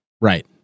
Right